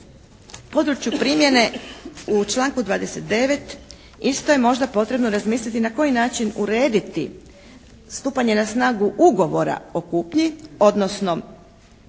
području primjene u članku 29. isto je možda potrebno razmisliti na koji način urediti stupanje na snagu ugovora o kupnji, odnosno